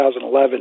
2011